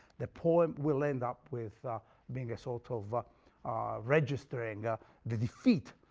the poem will end up with being a sort of ah registering ah the defeat,